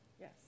yes